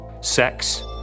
Sex